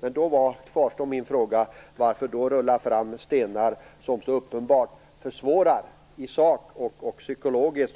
Men då kvarstår min fråga: Varför då rulla fram stenar som så uppenbart försvårar i sak och psykologiskt?